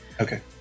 Okay